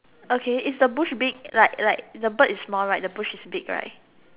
okay is the bush big like like the bird is small right the bush is big right